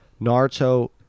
Naruto